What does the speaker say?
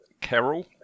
Carol